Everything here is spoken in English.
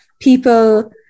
people